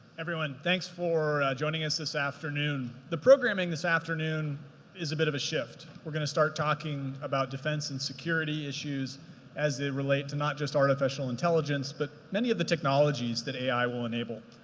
thanks for joining us this afternoon. the programming this afternoon is a bit of a shift. we're going to start talking about defense and security issues as it relates to not just artificial intelligence, but many of the technologies that ai will enable.